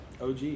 OG